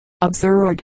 absurd